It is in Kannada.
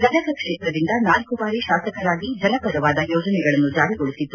ಗದಗ ಕ್ಷೇತ್ರದಿಂದ ನಾಲ್ಕು ಬಾರಿ ಶಾಸಕರಾಗಿ ಜನಪರವಾದ ಯೋಜನೆಗಳನ್ನು ಜಾರಿಗೊಳಿಸಿದ್ದು